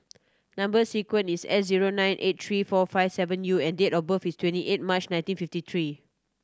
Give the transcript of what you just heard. number sequence is S zero nine eight three four five seven U and date of birth is twenty eight March nineteen fifty three